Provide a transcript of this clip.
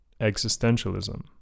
existentialism